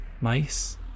Mice